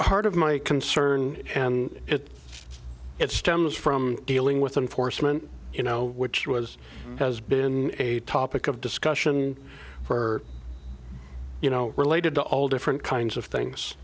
part of my concern and it it stems from dealing with enforcement you know which was has been a topic of discussion for you know related to all different kinds of things